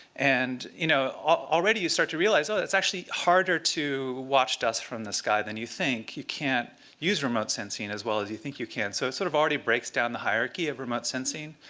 and you know already you start to realize, oh, it's actually harder to watch dust from the sky than you think. you can't use remote sensing as well as you think you can. so it's sort of already breaks down the hierarchy of remote sensing.